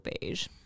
beige